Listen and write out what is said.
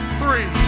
three